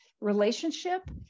relationship